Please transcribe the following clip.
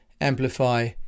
Amplify